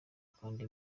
kandi